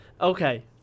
Okay